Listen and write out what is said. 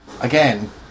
Again